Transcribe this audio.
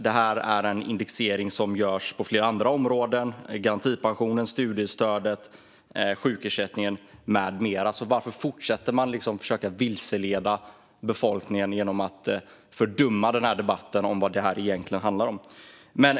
Det är en indexering som görs på flera andra områden - garantipensionen, studiestödet, sjukersättningen med mera. Så varför fortsätter man att försöka vilseleda befolkningen genom att fördumma debatten och prata om annat än vad den egentligen handlar om?